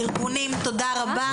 הארגונים, תודה רבה.